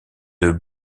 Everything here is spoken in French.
deux